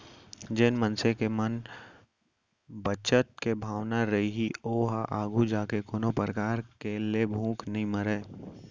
जेन मनसे के म बचत के भावना रइही ओहा आघू जाके कोनो परकार ले भूख नइ मरय